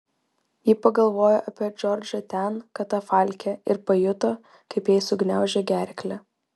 ji pagalvojo apie džordžą ten katafalke ir pajuto kaip jai sugniaužė gerklę